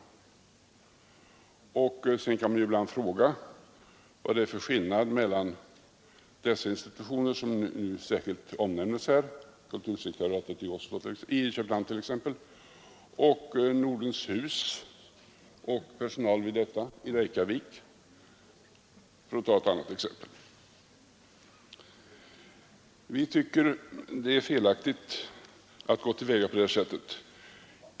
Sedan kan man fråga vad det är för skillnad mellan de institutioner som särskilt omnämns i propositionen, kultursekretariatet i Köpenhamn t.ex. och Nordens hus i Reykjavik för att ta ett annat exempel. Vi tycker att det är felaktigt att gå till väga på det här sättet.